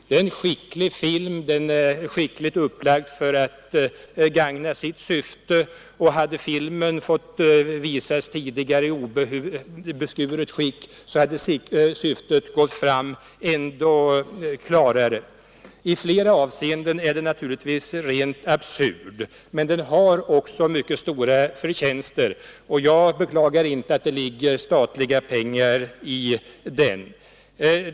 Det är en film som är skickligt upplagd för att gagna sitt syfte, och hade den fått visas tidigare i obeskuret skick hade syftet gått fram ännu klarare. I flera avseenden är den naturligtvis rent absurd, men den har också mycket stora förtjänster. Jag beklagar inte att det ligger statliga pengar i den.